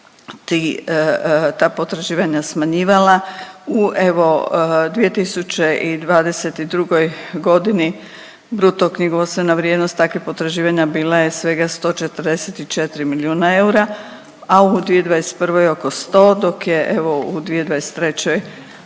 ta potraživanja smanjivala, u evo, 2022. g. bruto knjigovodstvena vrijednost takvih potraživanja bila je svega 144 milijuna eura, a u 2021. oko 100, dok je, evo u 2023. oko